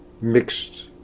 mixed